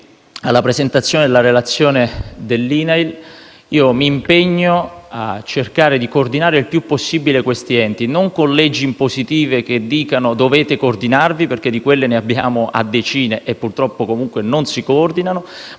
alla presentazione della relazione dell'INAIL, io mi impegno a cercare di coordinare il più possibile questi enti, non con leggi impositive che dicano: «Dovete coordinarvi» di quelle ne abbiamo a decine e purtroppo, comunque, non si coordinano